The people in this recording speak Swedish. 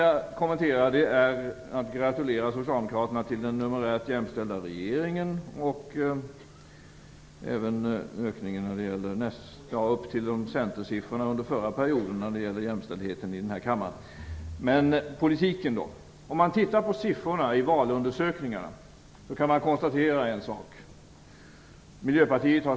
Jag vill gratulera Socialdemokraterna till den numerärt jämställda regeringen och även till att man har kommit upp till Centerns siffror under förra mandatperioden när det gäller jämställdheten i den här kammaren. Om man tittar på siffrorna i eftervalsundersökningarna kan man konstatera en sak.